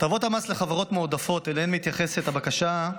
הטבות המס לחברות מועדפות, שאליהן מתייחסת הבקשה,